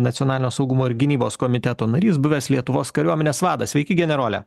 nacionalinio saugumo ir gynybos komiteto narys buvęs lietuvos kariuomenės vadas sveiki generole